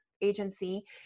agency